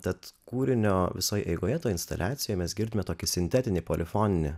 tad kūrinio visoj eigoje toj instaliacijoj mes girdime tokį sintetinį polifoninį